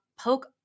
poke